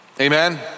amen